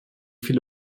viele